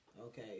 Okay